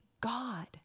God